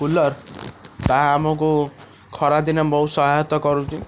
cooler ତାହା ଆମକୁ ଖରାଦିନେ ବହୁତ ସହାୟତା କରୁଛି